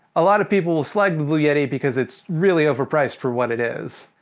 a lot of people will slag the blue yeti, because it's really overpriced for what it is.